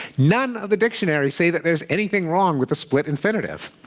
none of the dictionaries say that there's anything wrong with a split infinitive.